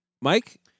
Mike